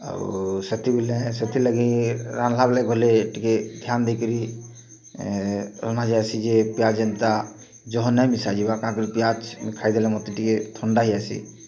ଆଉ ସେଥି ବିଲେ ସେଥିଲାଗି ରାନ୍ଧ୍ଲାବେଲେ ଗଲେ ଟିକେ ଧ୍ୟାନ୍ ଦେଇକିରି ରନ୍ଧା ଯାଏସି ଯେ ପିଆଜ୍ ଏନ୍ତା ଜହର୍ ନାଇଁ ମିଶା ଯିବା ପିଆଜ୍ ଖାଇଦେଲେ ମତେ ଟିକେ ଥଣ୍ଡା ହେଇଯାଏସି